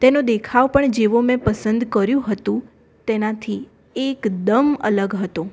તેનો દેખાવ પણ જેવો મેં પસંદ કર્યું હતું તેનાથી એકદમ અલગ હતો